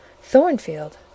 Thornfield